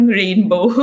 rainbow